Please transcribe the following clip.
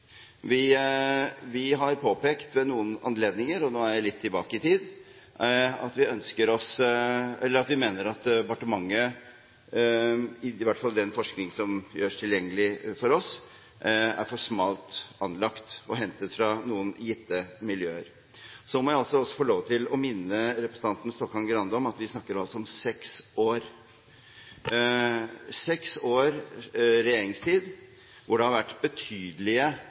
Vi har påpekt ved noen anledninger – og nå er jeg litt tilbake i tid – at vi mener at i hvert fall den forskning som gjøres tilgjengelig for oss fra departementet, er for smalt anlagt og hentet fra noen gitte miljøer. Så må jeg også få lov til å minne representanten Stokkan-Grande om at vi altså snakker om seks års regjeringstid hvor det har vært betydelige